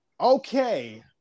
Okay